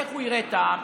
איך הוא יראה את העם?